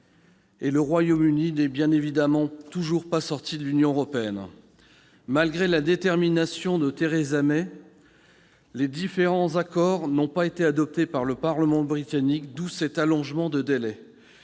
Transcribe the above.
et le Royaume-Uni n'est bien évidemment toujours pas sorti de l'Union européenne. Malgré la détermination de Theresa May, les différents accords n'ont pas été adoptés par le Parlement britannique, d'où cet allongement de délai.